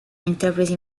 intraprese